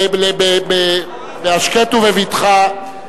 בהשקט ובבטחה,